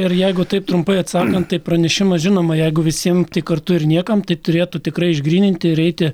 ir jeigu taip trumpai atsakant tai pranešimas žinoma jeigu visiem kartu ir niekam tai turėtų tikrai išgryninti ir eiti